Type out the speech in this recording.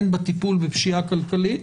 הן בטיפול בפשיעה כלכלית